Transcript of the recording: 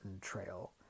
Trail